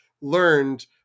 learned